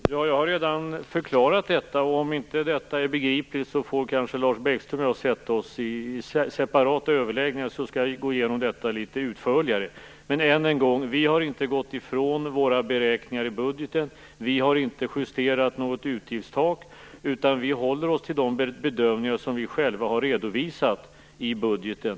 Fru talman! Jag har redan förklarat detta. Om det inte är begripligt får kanske Lars Bäckström och jag sätta oss i separata överläggningar så skall jag gå igenom detta litet utförligare. Än en gång: Vi har inte gått ifrån våra beräkningar i budgeten. Vi har inte justerat något utgiftstak. Vi håller oss till de bedömningar som vi själva har redovisat i budgeten.